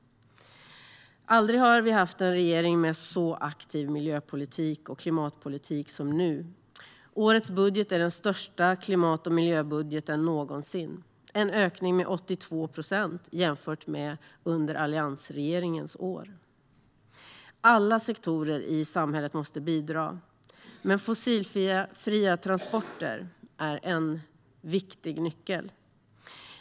Aldrig har vi haft en regering med så aktiv miljö och klimatpolitik som nu! Årets budget är den största klimat och miljöbudgeten någonsin - en ökning med 82 procent jämfört med alliansregeringens år. Alla sektorer i samhället måste bidra. Men fossilfria transporter är en viktig nyckel.